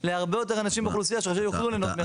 להרבה יותר אנשים באוכלוסייה שיוכלו להנות.